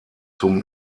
zum